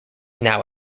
now